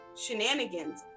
shenanigans